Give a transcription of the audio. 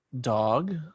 dog